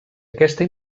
aquesta